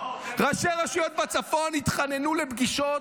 ראשי רשויות בצפון התחננו לפגישות,